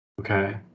Okay